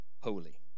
holy